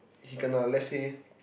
he kena let's say